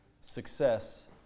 success